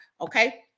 okay